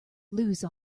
lose